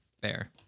Fair